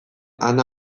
ana